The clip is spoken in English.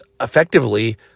effectively